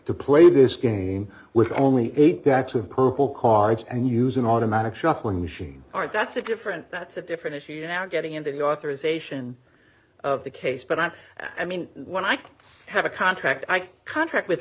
to play this game with only eight backs of purple cards and use an automatic shuffling machine aren't that's a different that's a different issue now getting into the authorization of the case but not i mean when i have a contract i contract with